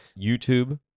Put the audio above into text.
YouTube